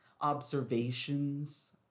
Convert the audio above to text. Observations